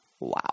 Wow